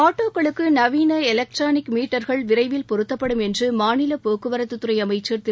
ஆட்டோக்களுக்கு நவீன electronic meter விரைவில் பொருத்தப்படும் என்று மாநில போக்குவரத்துத் துறை அமைச்சர் திரு